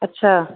अच्छा